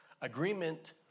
Agreement